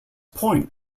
point